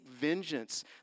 vengeance